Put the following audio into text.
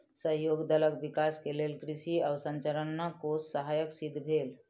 सहयोग दलक विकास के लेल कृषि अवसंरचना कोष सहायक सिद्ध भेल